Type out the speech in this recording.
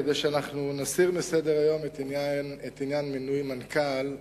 כדי שנסיר מסדר-היום את עניין מינוי המנכ"ל,